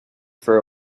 for